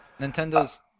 Nintendo's